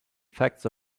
facts